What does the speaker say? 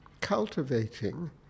cultivating